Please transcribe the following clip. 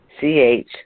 C-H